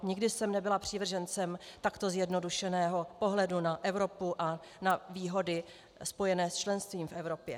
Nikdy jsem nebyla přívržencem takto zjednodušeného pohledu na Evropu a na výhody spojené s členstvím v Evropě.